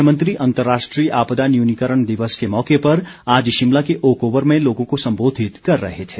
मुख्यमंत्री अंतर्राष्ट्रीय आपदा न्यूनीकरण दिवस के मौके पर आज शिमला के ओक ओवर में लोगों को संबोधित कर रहे थे